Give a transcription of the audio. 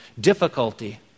difficulty